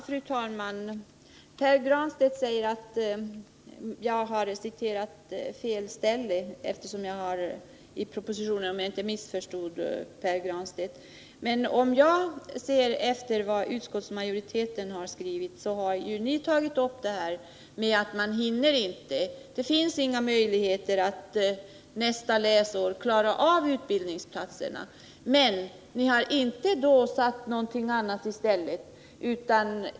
Fru talman! Pär Granstedt säger att jag har citerat fel ställe i propositionen — Om jag inte missförstod honom. Men om jag ser efter vad utskottsmajoriteten har skrivit finner jag att ni har tagit upp detta och sagt att det inte finns några möjligheter att till nästa läsår klara av att få fram tiilräckligt antal utbildningsplatser. Men ni har inte satt någonting annat i stället.